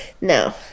no